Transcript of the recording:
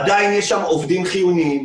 עדיין יש שם עובדים חיוניים,